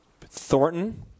Thornton